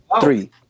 three